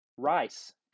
Rice